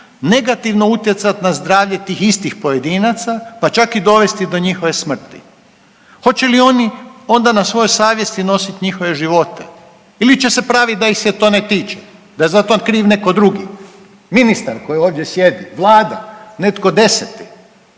negativno utjecati na zdravlje tih istih pojedinaca, pa čak i dovesti do njihove smrti. Hoće li oni onda na svojoj savjesti nositi njihove živote ili će se praviti da ih se to ne tiče, da je za to kriv netko drugi, ministar koji ovdje sjedi, vlada, netko deseti.